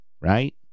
right